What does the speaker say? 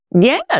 Yes